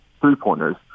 three-pointers